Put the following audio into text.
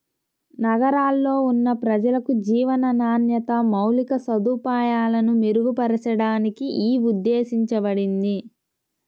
నగరాల్లో ఉన్న ప్రజలకు జీవన నాణ్యత, మౌలిక సదుపాయాలను మెరుగుపరచడానికి యీ ఉద్దేశించబడింది